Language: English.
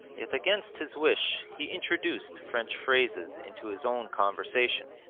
yet against his wish he introduced french phrases into his own conversation,